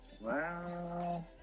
Wow